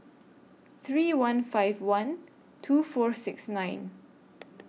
three one five one two four six nine